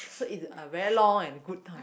so it's a very long and good time